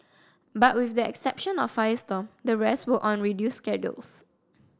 but with the exception of firestorm the rest were on reduced schedules